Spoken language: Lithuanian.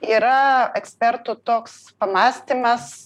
yra ekspertų toks pamąstymas